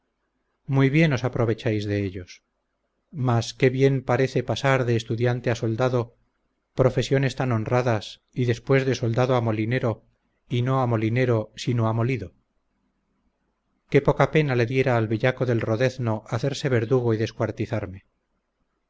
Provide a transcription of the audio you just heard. muy bien os aprovecháis de ellos mas qué bien parece pasar de estudiante a soldado profesiones tan honradas y después de soldado a molinero y no a molinero sino a molido qué poca pena le diera al bellaco del rodezno hacerse verdugo y descuartizarme